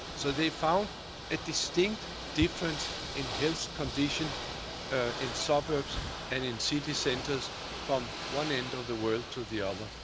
so they found a distinct difference in health condition ah in suburbs and in city centers from one end of the world to the other,